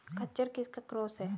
खच्चर किसका क्रास है?